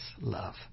love